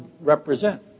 represent